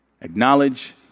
Acknowledge